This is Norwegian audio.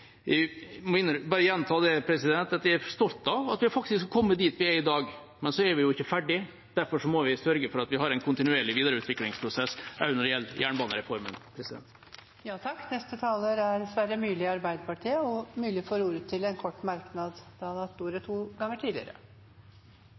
Jeg må bare gjenta at jeg er stolt av at vi har kommet dit vi er i dag, men så er vi jo ikke ferdig. Derfor må vi sørge for at vi har en kontinuerlig videreutviklingsprosess også når det gjelder jernbanereformen. Representanten Sverre Myrli har hatt ordet to ganger tidligere og får ordet til en kort merknad, begrenset til 1 minutt. Det